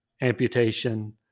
amputation